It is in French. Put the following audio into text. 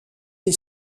est